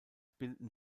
bilden